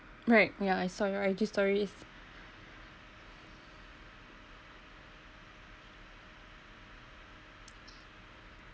right yeah I saw your I_G stories